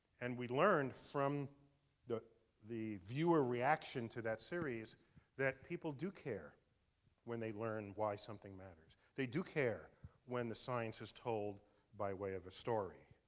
and we learned from the the viewer reaction to that series that people do care when they learn why something matters. they do care when the science is told by way of a story.